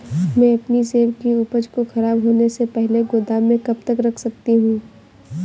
मैं अपनी सेब की उपज को ख़राब होने से पहले गोदाम में कब तक रख सकती हूँ?